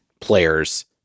players